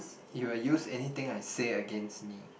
you will use anything I say against me